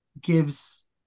gives